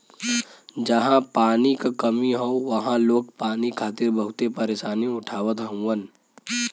जहां पानी क कमी हौ वहां लोग पानी खातिर बहुते परेशानी उठावत हउवन